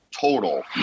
total